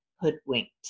hoodwinked